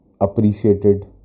appreciated